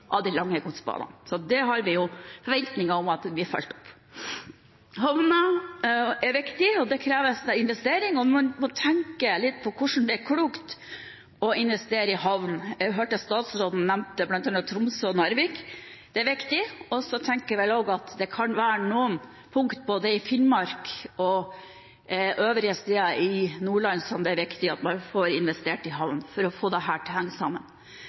av elektrifisering av de lange godsbanene. Det har vi forventninger om at blir fulgt opp. Havner er viktig. Det kreves da investering. Man må tenke litt på hvor klokt det er å investere i havn. Jeg hørte statsråden nevne bl.a. Tromsø og Narvik. Det er viktig. Så tror jeg også at det kan være noen steder i Finnmark og øvrige steder i Nordland der det er viktig at man får investert i havn – for å få det til å henge sammen.